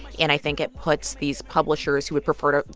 and i think it puts these publishers who would prefer to,